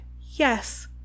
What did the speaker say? Yes